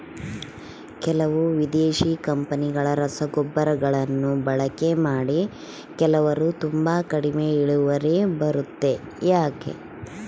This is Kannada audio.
ಕೆಲವು ವಿದೇಶಿ ಕಂಪನಿಗಳ ರಸಗೊಬ್ಬರಗಳನ್ನು ಬಳಕೆ ಮಾಡಿ ಕೆಲವರು ತುಂಬಾ ಕಡಿಮೆ ಇಳುವರಿ ಬರುತ್ತೆ ಯಾಕೆ?